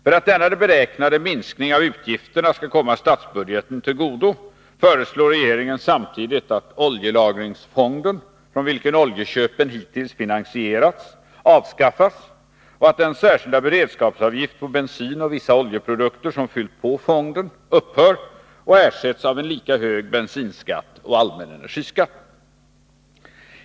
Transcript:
För att denna beräknade minskning av utgifterna skall komma statsbudgeten till godo föreslår regeringen samtidigt att oljelagringsfonden — från vilken oljeköpen hittills finansierats — avskaffas och att den särskilda beredskapsavgift på bensin och vissa oljeprodukter som fyllt på fonden upphör och ersätts av en lika hög bensinskatt och allmän energiskatt.